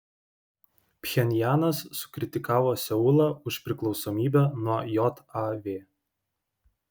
pchenjanas sukritikavo seulą už priklausomybę nuo jav